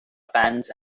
fans